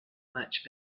much